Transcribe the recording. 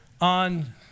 on